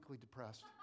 depressed